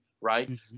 right